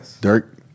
Dirk